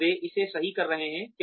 क्या वे इसे सही कर रहे हैं